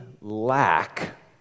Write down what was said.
lack